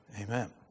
Amen